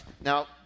Now